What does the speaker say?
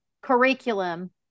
curriculum